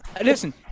Listen